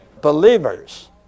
Believers